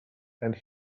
and